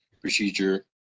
procedure